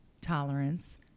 tolerance